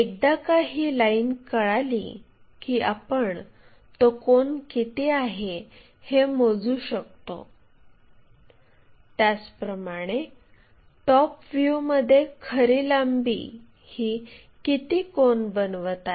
एकदा का ही लाईन कळाली की आपण तो कोन किती आहे हे मोजू शकतो त्याचप्रमाणें टॉप व्ह्यूमध्ये खरी लांबी ही किती कोन बनवत आहे